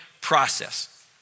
process